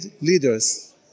leaders